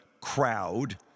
crowd